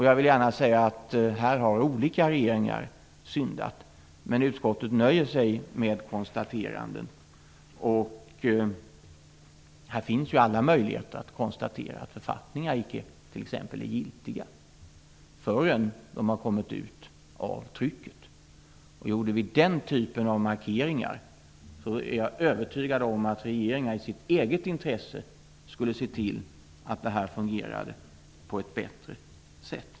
Jag vill gärna säga att olika regeringar har syndat här, men utskottet nöjer sig med ett konstaterande. Här finns ju alla möjligheter; man kan t.ex. konstatera att författningar inte är giltiga förrän de kommit ut från trycket. Gjorde vi den typen av markeringar, är jag övertygad om att regeringar i sitt eget intresse skulle se till att detta fungerade på ett bättre sätt.